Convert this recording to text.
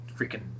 freaking